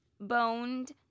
boned